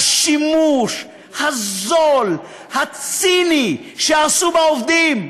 והשימוש הזול, הציני, שעשו בעובדים.